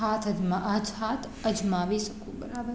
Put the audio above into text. હાથ અજમા હાથ અજમાવી શકું બરાબર